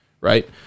Right